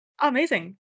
Amazing